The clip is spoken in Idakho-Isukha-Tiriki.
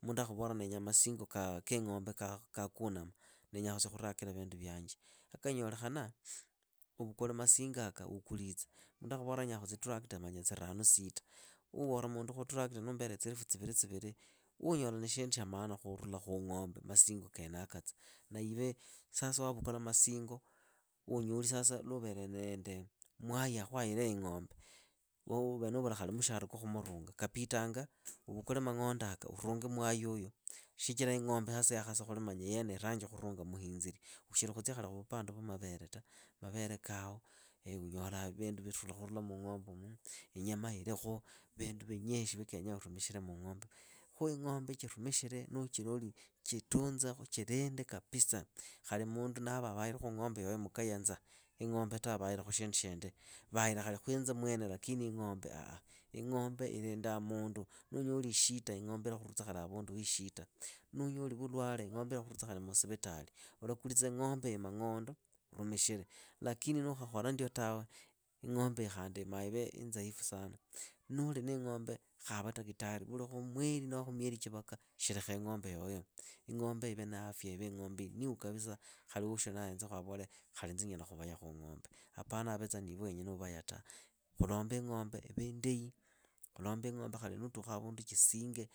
Mundu akhuvoraa ndenyaa masingo kiing'ombe kaakunama ndenya khutsia khurakila vindu vyanje. A kanyolekhana, uvukule masingo yaka ukulitse. Mundu akhuvoraa nyaakhu tsitrakta manya tsiranu sita. Uvora mundu khutrakta nuumbere tsielefu tsivili tsivili. unyola ni shindu shya maana khuung'ombe masingo keenaka tsa. Na iwe sasa waavukula masingo, unyoli sasa luuvere neende mwai akhwahilee ing'ombe. uvele nuuvula khali mushara kwa khumurunga. Kapitanga uvukule mang'ondoaka urunge mwayiuyu shichira ing'ombe yakhasa khuli manya yene irangi khurunga muhinziri. Ushili khutsya khali khuvupande vya mavere ta, mavere kaho. unyolaa vindu virula khurula muung'ombeumu. inyama ilikhu. vindu vinyishi vya kenyaa urumikhile muung'ombeumu. Khu ing'ombe chirumikhire nuuchiloli. chitunze khuchilinde kapisa. Khali mundu naava availe khuung'ombe yoyo mukaye anza, ing'ombe tawe vahira khu shindu shindi shindi. Vahira khali khwinze mwene lakini ing'ombe ah. Ing'ombe ilindaa mundu. nuunyoli ishita ing'ombe ilakhurulitsa khali avundu hiishita, nuunyoli vulwale ing'ombe ilakhurulitsa khali muusivitali. Ulakulitsa ing'ombeiyi mang'ondo urumikhile. Lakini nuukhakhola ndyo tawe, ing'ombeiyi khandi imaive inzaifu sana. Nuuli niing'ombe khava takitari. vuki khumweli noho khu mweli chivaka sherekha ing'ombe yoyo. Ing'ombe ive na afya ive ing'ombe inihu kabisa khali husheraa ahenzekhu avole khali inze nyala khuvayakhu ing'ombe. Apana avetsa niive wonyene uvaya ta. Khulombe ing'ombe ive indahi. khukombe ing'ombe khali nuutukha avundu chisinge